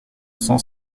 cent